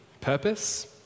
purpose